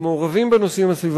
אנחנו עוברים לנושא הבא